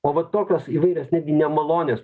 o va tokios įvairios netgi nemalonios